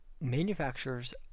manufacturers